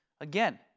again